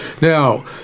Now